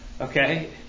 Okay